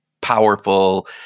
powerful